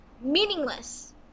meaningless